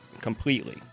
completely